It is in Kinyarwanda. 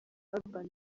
urban